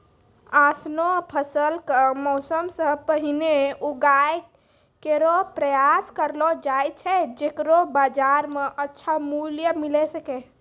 ऑसनो फसल क मौसम सें पहिने उगाय केरो प्रयास करलो जाय छै जेकरो बाजार म अच्छा मूल्य मिले सके